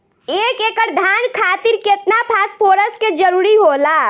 एक एकड़ धान खातीर केतना फास्फोरस के जरूरी होला?